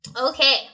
Okay